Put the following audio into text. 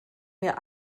mir